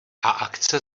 akce